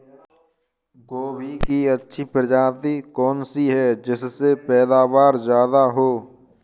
गोभी की अच्छी प्रजाति कौन सी है जिससे पैदावार ज्यादा हो?